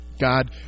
God